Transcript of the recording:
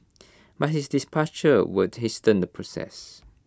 but his departure will hasten the process